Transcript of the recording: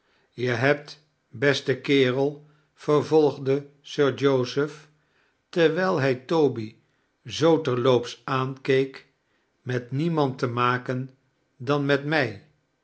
je hebt beste kerel vervolgde sir joseph terwijl hij toby zoo terloops aarikeek met niemand te maken dan met mij